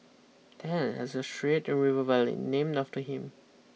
Tan has a street in River Valley named after him